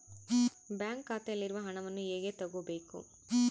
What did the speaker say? Bank ಖಾತೆಯಲ್ಲಿರುವ ಹಣವನ್ನು ಹೇಗೆ ತಗೋಬೇಕು?